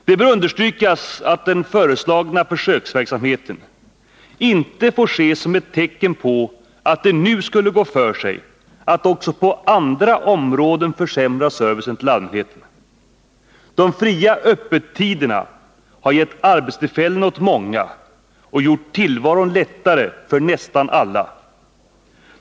Det bör understrykas att den föreslagna försöksverksamheten inte får ses som ett tecken på att det nu skulle gå för sig att också på andra områden försämra servicen till allmänheten. De fria öppettiderna har gett arbetstillfällen åt många och gjort tillvaron lättare för nästan alla.